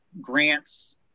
grants